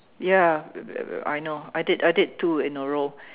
ya well well well I know I did two in a row